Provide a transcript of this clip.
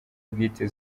bwite